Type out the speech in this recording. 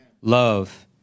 love